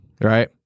right